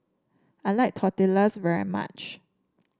I like Tortillas very much